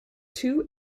two